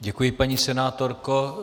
Děkuji, paní senátorko.